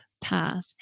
path